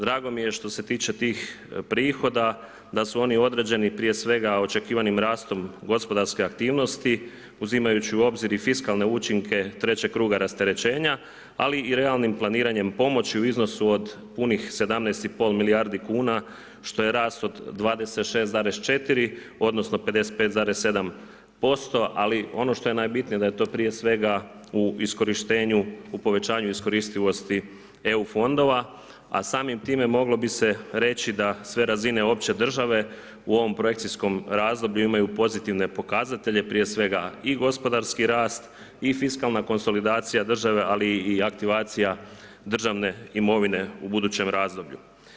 Drago mi je što se tiče tih prihoda da su oni određeni prije svega očekivanim rastom gospodarske aktivnosti uzimajući u obzir i fiskalne učinke trećeg kruga rasterećenja ali i realnim planiranjem pomoći u iznosu od punih 17 i pol milijardi kuna što je rast od 26,4 odnosno 55,7% ali ono što je najbitnije da je to prije svega u iskorištenju u povećanju iskoristivosti EU fondova, a samim time moglo bi se reći da sve razine opće države u ovom projekcijskom razdoblju imaju pozitivne pokazatelje prije svega i gospodarski rast i fiskalna konsolidacija države ali i aktivacije državne imovine u budućem razdoblju.